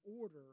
order